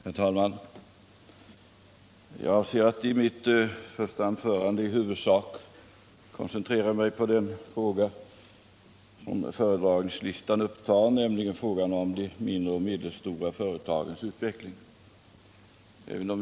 Herr talman! Jag avser att i mitt första anförande i huvudsak koncentrera mig på den fråga som föredragningslistan upptar, nämligen de mindre och medelstora företagens utveckling.